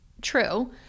true